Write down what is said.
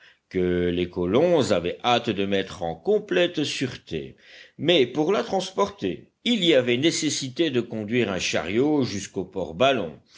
que les colons avaient hâte de mettre en complète sûreté mais pour la transporter il y avait nécessité de conduire un chariot jusqu'au port ballon